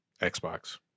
Xbox